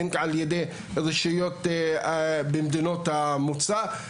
הן על ידי הרשויות במדינות המוצא.